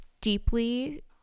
deeply